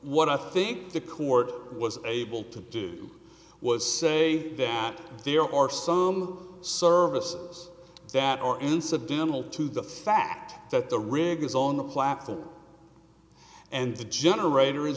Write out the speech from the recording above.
what i think the court was able to do was say that there are some services that are incidental to the fact that the rig is on the platform and the generator is